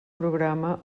programa